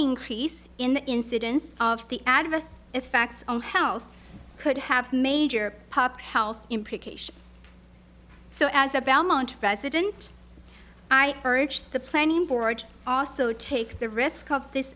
increase in the incidence of the adverse effects on health could have major pop health implications so as a belmont resident i urge the planning board also take the risk of this